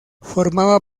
formaba